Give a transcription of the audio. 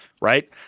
right